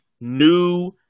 new –